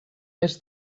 més